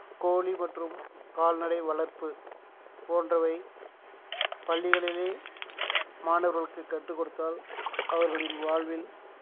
கோழி மற்றும் கால்நடை வளர்ப்பு போன்றவை பள்ளிகளிலேயே மாணவர்களுக்கு கற்றுக் கொடுத்தால் அவர்களின் வாழ்வில்